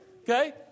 Okay